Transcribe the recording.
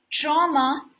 Trauma